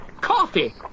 Coffee